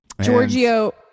Giorgio